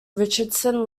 richardson